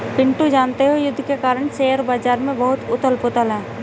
पिंटू जानते हो युद्ध के कारण शेयर बाजार में बहुत उथल पुथल है